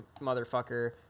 motherfucker